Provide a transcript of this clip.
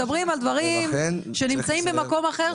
מדברים על דברים שנמצאים במקום אחר,